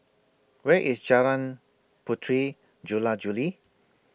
Where IS Jalan Puteri Jula Juli